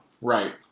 Right